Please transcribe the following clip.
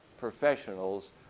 professionals